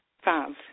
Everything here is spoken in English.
Five